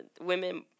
women